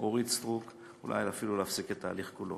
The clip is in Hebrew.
אורית סטרוק, אולי אפילו להפסיק את ההליך כולו.